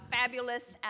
fabulous